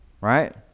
Right